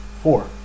Four